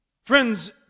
Friends